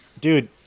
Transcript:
Dude